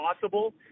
possible